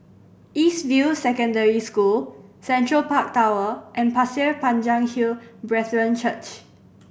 East View Secondary School Central Park Tower and Pasir Panjang Hill Brethren Church